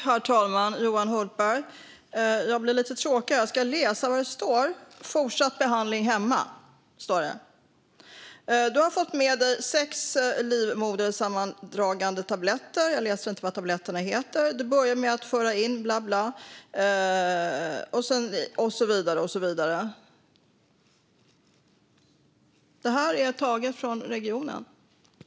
Herr talman! Johan Hultberg! Jag blir lite tråkig här; jag ska läsa vad det står. "Fortsatt behandling hemma . Du har fått med dig 6 livmodersammandragande tabletter." Jag läser inte vad tabletterna heter. "Du börjar med att föra in" och så vidare. Det här är taget från regionen.